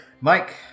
Mike